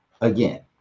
again